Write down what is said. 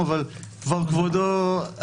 ואז לעבור להצגה שלכם.